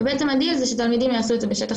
ובעצם הדיל זה שתלמידים יעשו את זה בשטח